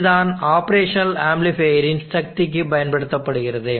இதுதான் ஆப்ரேஷனல் ஆம்ப்ளிஃபையரின் சக்திக்கு பயன்படுத்தப்படுகிறது